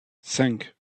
cinq